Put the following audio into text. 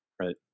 Right